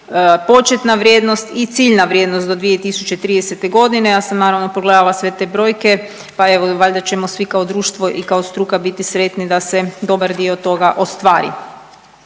početna vrijednosti i ciljna vrijednost do 2030. g. Ja sam naravno, pogledala sve te brojke, pa evo, valjda ćemo svi kao društvo i kao struka biti sretni da se dobar dio toga ostvari.